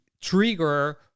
Trigger